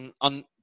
on